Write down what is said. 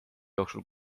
jooksul